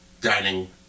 dining